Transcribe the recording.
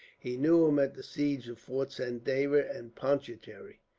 he knew him at the siege of fort saint david, and pondicherry.